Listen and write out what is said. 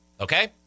Okay